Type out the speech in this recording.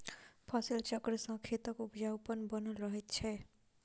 फसिल चक्र सॅ खेतक उपजाउपन बनल रहैत छै